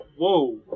Whoa